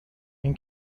این